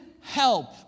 help